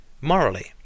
morally